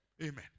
Amen